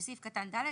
"(ד) בסעיף קטן (ד),